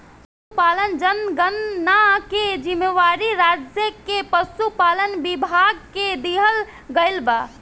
पसुपालन जनगणना के जिम्मेवारी राज्य के पसुपालन विभाग के दिहल गइल बा